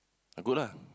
I go lah